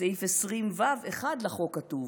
בסעיף 20(ו)(1) לחוק כתוב: